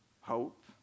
hope